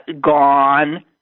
gone